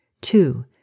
Two